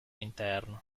interno